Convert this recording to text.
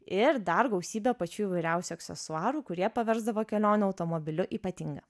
ir dar gausybę pačių įvairiausių aksesuarų kurie paversdavo kelionę automobiliu ypatinga